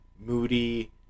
moody